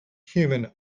human